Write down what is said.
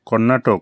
Karnataka